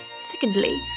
Secondly